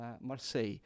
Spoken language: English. Marseille